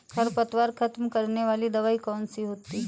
खरपतवार खत्म करने वाली दवाई कौन सी है?